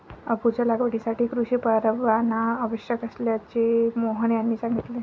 अफूच्या लागवडीसाठी कृषी परवाना आवश्यक असल्याचे मोहन यांनी सांगितले